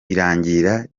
irangira